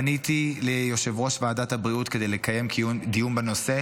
פניתי ליושב-ראש ועדת הבריאות כדי לקיים דיון בנושא,